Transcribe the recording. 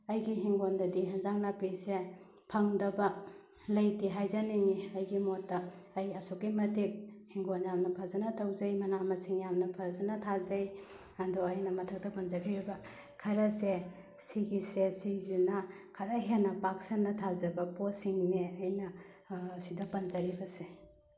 ꯑꯩꯒꯤ ꯏꯪꯈꯣꯜꯗꯗꯤ ꯏꯟꯁꯥꯡ ꯅꯥꯄꯤꯁꯦ ꯐꯪꯗꯕ ꯂꯩꯇꯦ ꯍꯥꯏꯖꯅꯤꯡꯉꯤ ꯑꯩꯒꯤ ꯃꯣꯠꯇ ꯑꯩ ꯑꯁꯨꯛꯀꯤ ꯃꯇꯤꯛ ꯏꯪꯈꯣꯜ ꯌꯥꯝꯅ ꯐꯖꯅ ꯇꯧꯖꯩ ꯃꯅꯥ ꯃꯁꯤꯡ ꯌꯥꯝꯅ ꯐꯖꯅ ꯊꯥꯖꯩ ꯑꯗꯣ ꯑꯩꯅ ꯃꯊꯛꯇ ꯄꯟꯖꯈ꯭ꯔꯤꯕ ꯈꯔꯁꯦ ꯁꯤꯒꯤꯁꯦ ꯁꯤꯁꯤꯅ ꯈꯔ ꯍꯦꯟꯅ ꯄꯥꯛ ꯁꯟꯅ ꯊꯥꯖꯕ ꯄꯣꯠꯁꯤꯡꯅꯦ ꯑꯩꯅ ꯁꯤꯗ ꯄꯟꯖꯔꯤꯕꯁꯦ